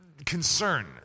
Concern